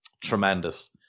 tremendous